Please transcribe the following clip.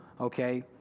Okay